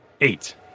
Eight